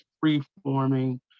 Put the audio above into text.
free-forming